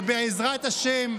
ובעזרת השם,